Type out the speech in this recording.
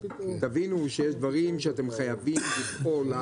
תבינו שיש דברים שבהם אתם חייבים לפעול,